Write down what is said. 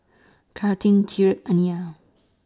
Carlyn Tyreek Aniya